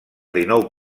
dinou